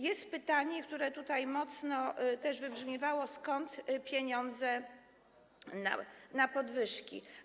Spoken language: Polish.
Jest pytanie, które tutaj mocno wybrzmiewało: Skąd pieniądze na podwyżki?